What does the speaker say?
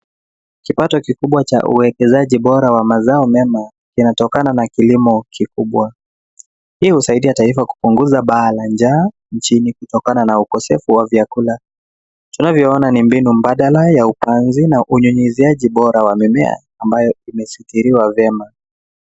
Kipato kilibwa cha uekezaji wa mazao mema kinatokana na kilimo kikubwa. Hii husaidia taifa kupunguza baa la njaa nchini kutokana na ukosefu wa vyakula. Tunavyoona ni mbinu mbadala ya upanzi na unyunyuziaji bora wa mimea ambao unashikiliwa vyema.